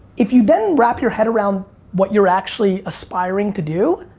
if you then wrap your head around what you're actually aspiring to do.